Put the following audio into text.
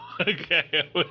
Okay